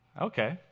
Okay